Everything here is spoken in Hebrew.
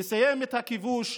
לסיים את הכיבוש,